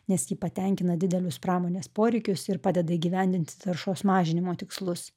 nes ji patenkina didelius pramonės poreikius ir padeda įgyvendinti taršos mažinimo tikslus